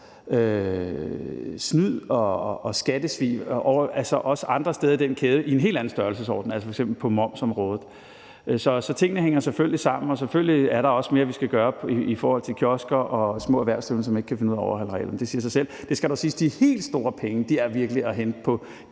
snyd og skattesvig i en helt anden størrelsesorden, f.eks. på momsområdet. Så tingene hænger selvfølgelig sammen, og selvfølgelig er der også mere, vi skal gøre i forhold til kiosker og små erhvervsdrivende, som ikke kan finde ud af at overholde reglerne. Det siger sig selv. Det skal dog siges, at de helt store penge virkelig er at hente,